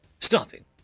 stopping